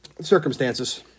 Circumstances